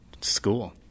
school